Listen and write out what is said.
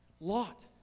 Lot